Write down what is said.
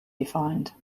defined